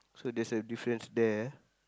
so there's a difference there ah